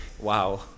Wow